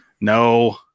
No